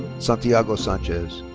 santiago sanchez.